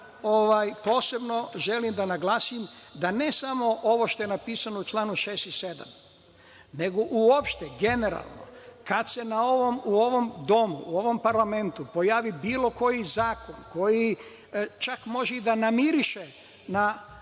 ja posebno želim da naglasim da, ne samo ovo što je napisano u čl. 6. i 7, nego uopšte, generalno, kada se u ovom domu, u ovom parlamentu pojavi bilo koji zakon koji čak može i da namiriše na